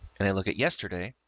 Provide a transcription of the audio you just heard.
and i look at yesterday,